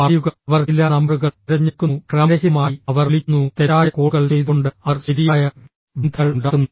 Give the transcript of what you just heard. പറയുക അവർ ചില നമ്പറുകൾ തിരഞ്ഞെടുക്കുന്നു ക്രമരഹിതമായി അവർ വിളിക്കുന്നു തെറ്റായ കോളുകൾ ചെയ്തുകൊണ്ട് അവർ ശരിയായ ബന്ധങ്ങൾ ഉണ്ടാക്കുന്നു